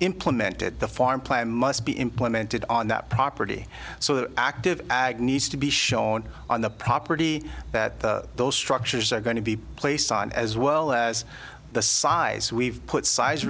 implemented the farm plan must be implemented on that property so the active ag needs to be shown on the property that those structures are going to be placed on as well as the size we've put size